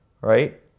right